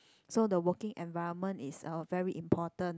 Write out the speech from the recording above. so the working environment is uh very important